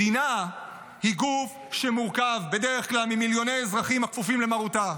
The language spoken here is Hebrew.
מדינה היא גוף שמורכב בדרך כלל ממיליוני אזרחים שכפופים למרותה.